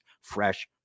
fresh